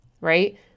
right